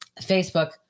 Facebook